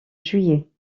juillet